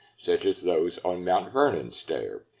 such as those on mount vernon's stair.